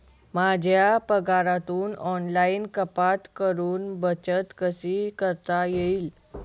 माझ्या पगारातून ऑनलाइन कपात करुन बचत कशी करता येईल?